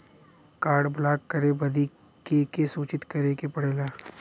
Card block करे बदी के के सूचित करें के पड़ेला?